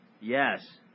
Yes